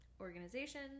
Organization